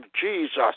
Jesus